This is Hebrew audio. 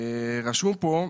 רשום פה,